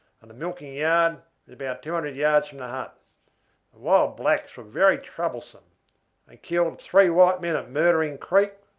and the milking yard was about two hundred yards from the hut. the wild blacks were very troublesome they killed three white men at murdering creek,